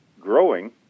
Growing